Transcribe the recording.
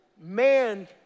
man